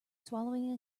swallowing